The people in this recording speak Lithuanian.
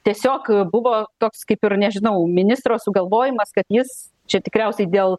tiesiog buvo toks kaip ir nežinau ministro sugalvojimas kad jis čia tikriausiai dėl